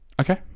Okay